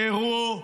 פרו,